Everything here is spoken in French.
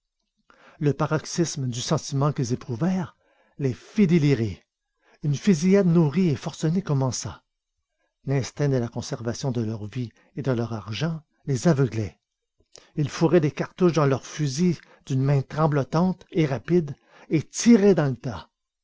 le paroxysme du sentiment qu'ils éprouvèrent les fit délirer une fusillade nourrie et forcenée commença l'instinct de la conservation de leurs vies et de leur argent les aveuglait ils fourraient des cartouches dans leurs fusils d'une main tremblotante et rapide et tiraient dans le tas